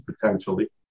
potentially